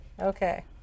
Okay